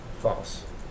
false